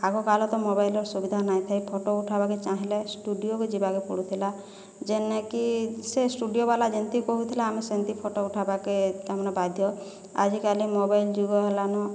ଆଗକାଲ ତ ମୋବାଇଲର ସୁବିଧା ନାହିଁ ଥାଏ ଫଟୋ ଉଠାବାକେ ଚାହିଁଲେ ଷ୍ଟୁଡ଼ିଓକେ ଯିବା ପାଇଁ ପଡ଼ୁଥିଲା ଯେନ୍ନେକି ସେ ଷ୍ଟୁଡ଼ିଓ ବାଲା ଯେମିତି କହୁଥିଲା ଆମେ ସେମିତି ଫଟୋ ଉଠାବାକେ ତମାନେ ବାଧ୍ୟ ଆଜିକାଲି ମୋବାଇଲ ଯୁଗ ହେଲାନ